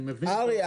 ארי,